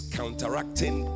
counteracting